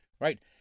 right